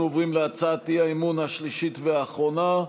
אנחנו עוברים להצעת האי-אמון השלישית והאחרונה,